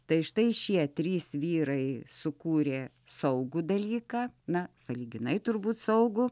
tai štai šie trys vyrai sukūrė saugų dalyką na sąlyginai turbūt saugų